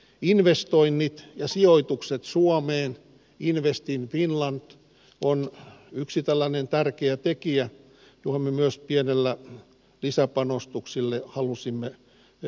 investoinnit ja sijoitukset suomeen invest in finland on yksi tällainen tärkeä tekijä on myös pienellä lisäpanostuksella halusimme ne